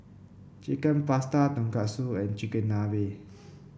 Chicken Pasta Tonkatsu and Chigenabe